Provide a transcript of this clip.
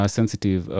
Sensitive